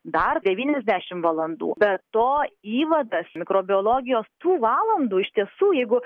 dar devyniasdešim valandų be to įvadas mikrobiologijos tų valandų iš tiesų jeigu